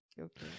okay